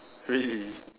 really